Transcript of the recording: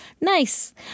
Nice